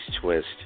twist